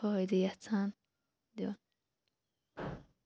فٲیدٕ یَژھان دیُن